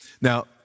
Now